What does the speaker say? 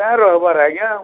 ନାଇ ରହେବାର୍ ଆଜ୍ଞା